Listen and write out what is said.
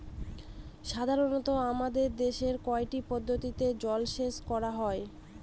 সাধারনত আমাদের দেশে কয়টি পদ্ধতিতে জলসেচ করা হয়?